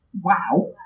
wow